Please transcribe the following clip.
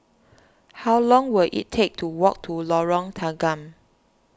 how long will it take to walk to Lorong Tanggam